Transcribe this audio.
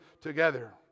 together